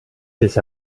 this